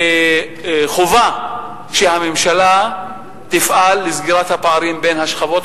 וחובה שהממשלה תפעל לסגירת הפערים בין השכבות